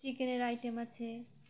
চিকেনের আইটেম আছে